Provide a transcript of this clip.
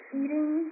eating